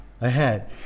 ahead